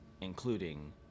including